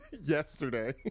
Yesterday